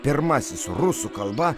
pirmasis rusų kalba